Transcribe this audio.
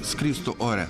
skristų ore